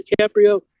DiCaprio